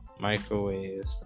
microwaves